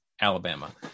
Alabama